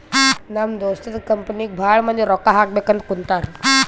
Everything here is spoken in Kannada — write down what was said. ನಮ್ ದೋಸ್ತದು ಕಂಪನಿಗ್ ಭಾಳ ಮಂದಿ ರೊಕ್ಕಾ ಹಾಕಬೇಕ್ ಅಂತ್ ಕುಂತಾರ್